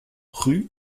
rue